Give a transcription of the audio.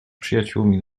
przyjaciółmi